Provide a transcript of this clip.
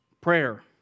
prayer